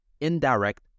indirect